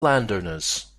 landowners